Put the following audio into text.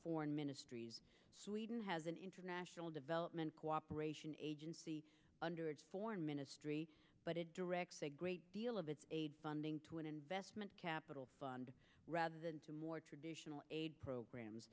foreign ministries sweden has an international development cooperation agency under its foreign ministry but it directs a great deal of its aid funding to an investment capital fund rather than the more traditional aid programs